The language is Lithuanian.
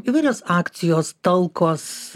įvairios akcijos talkos